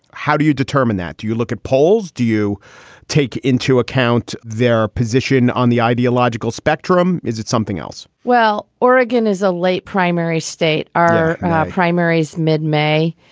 how do you determine that? you look at polls, do you take into account their position on the ideological spectrum? is it something else? well, oregon is a late primary state. our primaries mid-may,